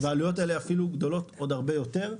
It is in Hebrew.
והעלויות האלה אפילו גבוהות עוד הרבה יותר.